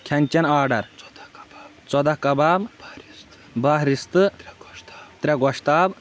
کھٮ۪ن چٮ۪ن آرڈر ژۄداہ کَباب باہ رِستہٕ ترٛےٚ گۄشتاب